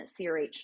CRH